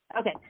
Okay